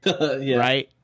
Right